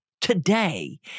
today